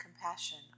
compassion